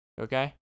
Okay